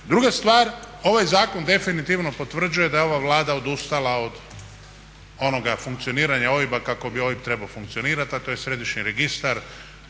Druga stvar, ovaj zakon definitivno potvrđuje da je ova Vlada odustala od onoga funkcioniranja OIB-a kako bi OIB trebao funkcionirati, a to je Središnji registar